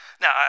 Now